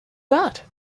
got